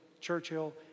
Churchill